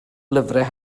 lyfrau